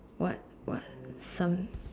what what some